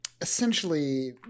essentially